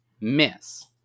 miss